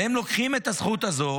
והם לוקחים את הזכות הזו